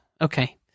Okay